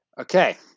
Okay